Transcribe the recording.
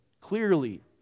clearly